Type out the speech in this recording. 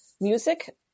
music